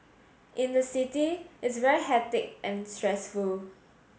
in the city it's very hectic and stressful